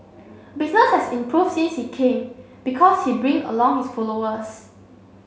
business has improved since he came because he'll bring along his followers